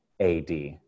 AD